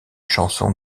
chanson